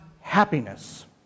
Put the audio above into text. happiness